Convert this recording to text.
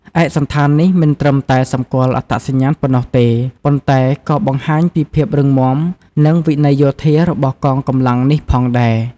ឯកសណ្ឋាននេះមិនត្រឹមតែសម្គាល់អត្តសញ្ញាណប៉ុណ្ណោះទេ ប៉ុន្តែក៏បង្ហាញពីភាពរឹងមាំនិងវិន័យយោធារបស់កងកម្លាំងនេះផងដែរ។